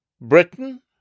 Britain